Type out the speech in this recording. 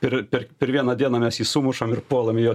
ir per per vieną dieną mes jį sumušam ir puolam jo